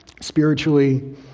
spiritually